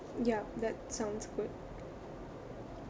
ya that sounds good